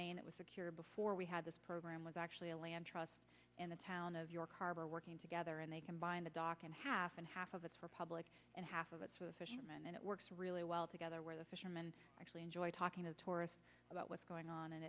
maine it was secure before we had this program was actually a land trust in the town of york harbor working together and they combined the dock in half and half of it for public and half of it for the fishermen and it works really well together where the fishermen actually enjoy talking to tourists about what's going on and